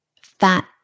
fat